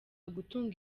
gutunga